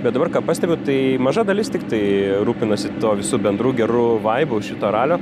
bet dabar ką pastebiu tai maža dalis tiktai rūpinosi tuo visų bendru geru vaibu šito ralio